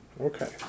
Okay